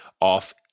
off